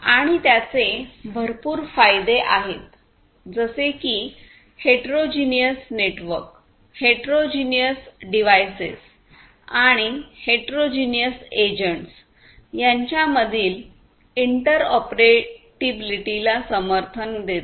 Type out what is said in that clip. आणि त्याचे भरपूर फायदे आहेत जसे की हेटरोजेनस नेटवर्क हेटरोजेनस डिव्हाईसेस आणि हेटरोजेनस एजंट्स यांच्यामधील इंटरऑपरेबिलिटीला समर्थन देते